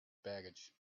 baggage